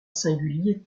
singulier